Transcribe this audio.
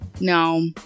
No